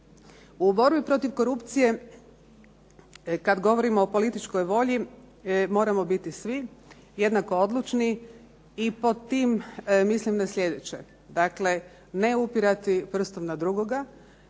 U borbi protiv korupcije, kad govorimo o političkoj volji moramo biti svi jednako odlučni, i pod tim mislim na sljedeće. Dakle ne upirati prstom na drugoga,